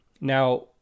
Now